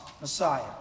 messiah